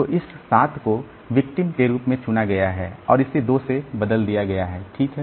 तो इस 7 को विक्टिम के रूप में चुना गया है और इसे 2 से बदल दिया गया है ठीक है